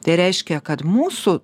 tai reiškia kad mūsų